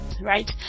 right